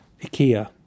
IKEA